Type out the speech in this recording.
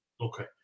Okay